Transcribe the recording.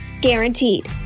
Guaranteed